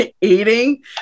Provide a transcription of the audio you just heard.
eating